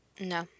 No